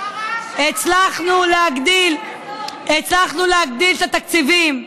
את עושה רעש של, הצלחנו להגדיל את התקציבים.